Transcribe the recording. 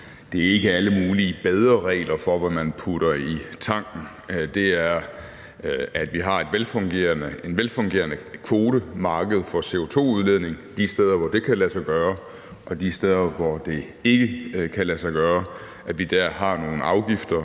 ikke er alle mulige bedre regler for, hvad man putter i tanken. Den er, at vi har et velfungerende kvotemarked for CO2-udledning de steder, hvor det kan lade sig gøre, og at vi de steder, hvor det ikke kan lade sig gøre, har nogle afgifter,